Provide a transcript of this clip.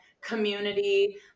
community